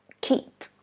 keep